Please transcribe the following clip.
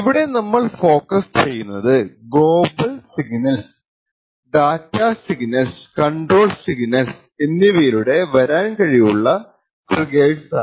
ഇവിടെ നമ്മൾ ഫോക്കസ് ചെയ്യുന്നത് global signals data signal control signals എന്നിവയിലൂടെ വരാൻ കഴിവുള്ള ട്രിഗേർസാണ്